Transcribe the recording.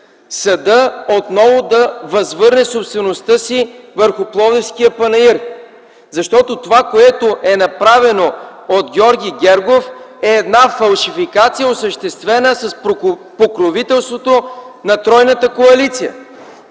съда отново да възвърне собствеността си върху Пловдивския панаир? Защото това, което е направено от Георги Гергов, е фалшификация, осъществена с покровителството на тройната коалиция.